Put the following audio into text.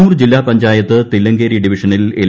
കണ്ണൂർ ജില്ലാ പഞ്ചായത്ത് രില്ല്ങ്കേരി ഡിവിഷനിൽ എൽ